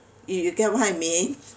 you you get what I mean